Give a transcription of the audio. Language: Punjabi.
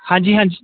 ਹਾਂਜੀ ਹਾਂਜੀ